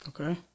Okay